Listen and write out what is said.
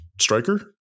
striker